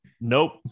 nope